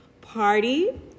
party